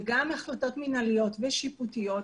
וגם החלטות מנהליות ושיפוטיות,